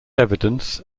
evidence